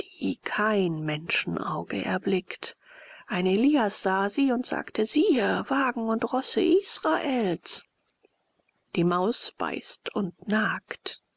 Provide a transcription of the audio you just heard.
kein menschenauge erblickt ein elias sah sie und sagte siehe wagen und rosse israels die maus beißt und nagt